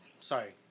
Sorry